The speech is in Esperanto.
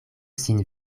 sin